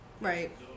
Right